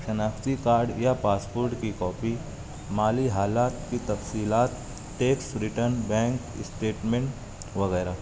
شناختی کارڈ یا پاسپورٹ کی کاپی مالی حالات کی تفصیلات ٹیکس ریٹرن بینک اسٹیٹمنٹ وغیرہ